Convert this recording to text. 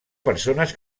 persones